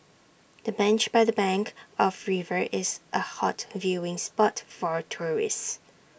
the bench by the bank of river is A hot viewing spot for tourists